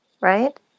Right